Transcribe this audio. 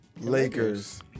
Lakers